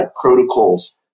protocols